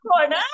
corner